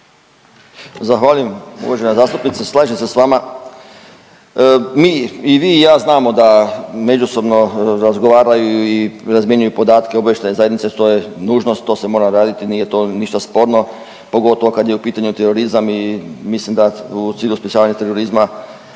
Zahvaljujem uvažena zastupnice, slažem se sa vama. Mi i vi i ja znamo da međusobno razgovaraju i razmjenjuju podatke obavještajne zajednice što je nužnost, to se mora raditi. Nije to ništa sporno pogotovo kad je u pitanju terorizam i mislim da u cilju sprječavanja terorizma